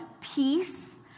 peace